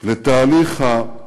לתהליך התפתחות